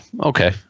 Okay